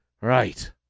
Right